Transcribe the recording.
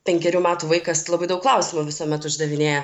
penkerių metų vaikas labai daug klausimų visuomet uždavinėja